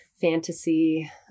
fantasy